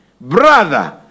Brother